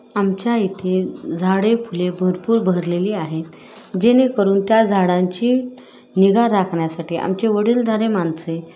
आमच्या इथे झाडे फुले भरपूर बहरलेली आहेत जेणेकरून त्या झाडांची निगा राखण्यासाठी आमचे वडीलधारे माणसे